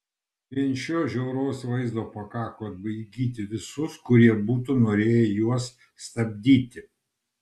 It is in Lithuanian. vien šio žiauraus vaizdo pakako atbaidyti visus kurie būtų norėję juos stabdyti